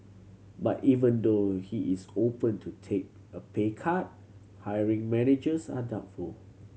but even though he is open to take a pay cut hiring managers are doubtful